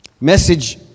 Message